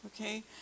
okay